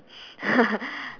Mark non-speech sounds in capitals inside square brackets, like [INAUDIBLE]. [LAUGHS]